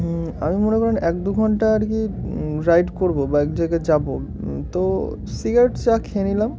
হুম আমি মনে করেন এক দু ঘন্টা আর কি রাইড করবো বা এক জায়গায় যাবো তো সিগারেট চা খেয়ে নিলাম